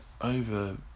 over